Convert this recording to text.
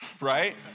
right